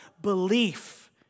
belief